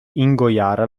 ingoiare